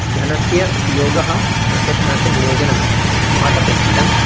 धनस्य उपयोगः पृशधनस्य नियोजनं महत् अपेक्षितं